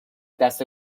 دسته